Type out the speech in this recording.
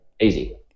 Easy